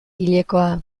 hilekoa